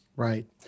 Right